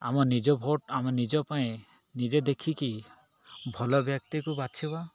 ଆମ ନିଜ ଭୋଟ ଆମ ନିଜ ପାଇଁ ନିଜେ ଦେଖିକି ଭଲ ବ୍ୟକ୍ତିକୁ ବାଛିବା